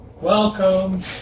welcome